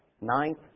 Ninth